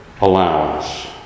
allowance